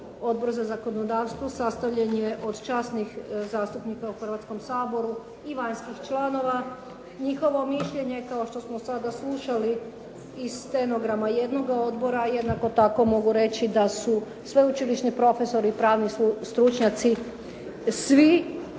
Odbor za zakonodavstvo sastavljen je od časnih zastupnika u Hrvatskom saboru i vanjskih članova. Njihovo mišljenje, kao što smo sada slušali iz stenograma jednoga odbora, jednako tako mogu reći da su sveučilišni profesori i pravni stručnjaci svi